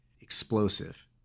explosive